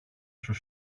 σου